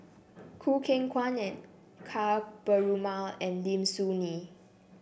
Choo Keng Kwang and Ka Perumal and Lim Soo Ngee